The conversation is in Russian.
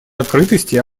открытости